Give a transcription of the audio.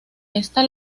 esta